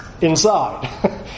Inside